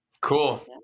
cool